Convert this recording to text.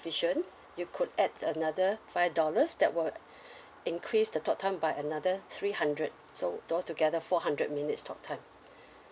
you could add another five dollars that will increase the talk time by another three hundred so altogether four hundred minutes talk time